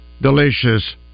delicious